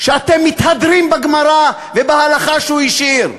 שאתם מתהדרים בגמרא ובהלכה שהוא השאיר.